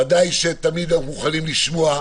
ודאי תמיד אנחנו מוכנים לשמוע.